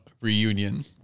reunion